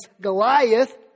Goliath